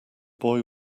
boy